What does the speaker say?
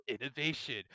innovation